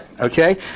Okay